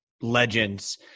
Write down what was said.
legends